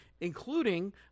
including